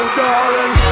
darling